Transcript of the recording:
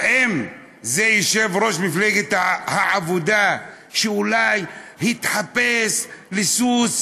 האם זה יושב-ראש מפלגת העבודה, שאולי התחפש, סוס